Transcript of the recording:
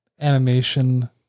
animation